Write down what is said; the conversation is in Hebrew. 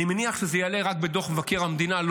אני מניח שזה יעלה רק בדוח מבקר המדינה,